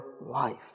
life